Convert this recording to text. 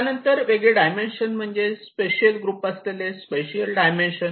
त्यानंतर वेगळे डायमेन्शन म्हणजे स्पेशियल ग्रुप असलेले स्पेशियल डायमेन्शन